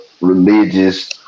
religious